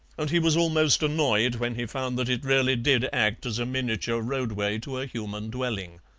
and he was almost annoyed when he found that it really did act as a miniature roadway to a human dwelling.